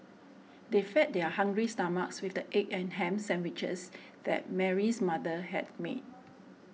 they fed their hungry stomachs with the egg and ham sandwiches that Mary's mother had made